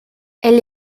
elle